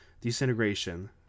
disintegration